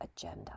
agenda